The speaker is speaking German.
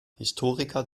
historiker